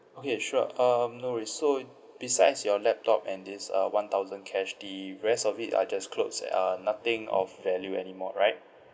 okay sure um no worries so besides your laptop and this uh one thousand cash the rest of it are just clothes a~ uh nothing of value anymore right